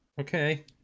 Okay